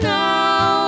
now